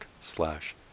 slash